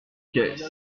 caisse